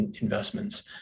investments